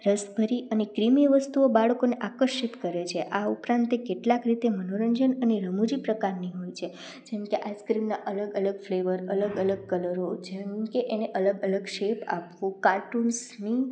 રસભરી અને ક્રીમિ વસ્તુઓ બાળકોને આકર્ષિત કરે છે આ ઉપરાંત એ કેટલાક રીતે મનોરંજન અને રમૂજી પ્રકારની હોય છે જેમકે આઇસક્રીમના અલગ અલગ ફ્લેવર અલગ અલગ કલરો જેમકે એને અલગ અલગ શેપ આપવું કાર્ટૂન્સની